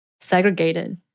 segregated